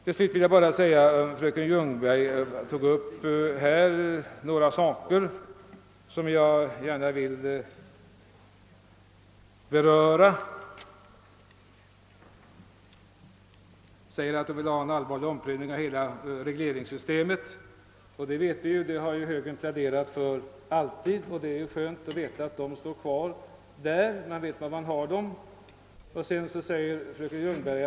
Till slut vill jag bara säga några ord med anledning av att fröken Ljungberg log upp några saker som jag gärna vill beröra. Hon säger att hon vill ha en allvarlig omprövning av hela regleringssystemet. Vi vet ju att högern alltid har pläderat för det, och det är ju skönt att veta att partiet står kvar på den ståndpunkten.